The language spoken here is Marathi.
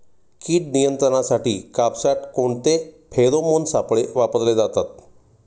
कीड नियंत्रणासाठी कापसात कोणते फेरोमोन सापळे वापरले जातात?